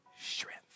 strength